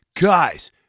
guys